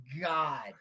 god